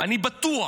אני בטוח,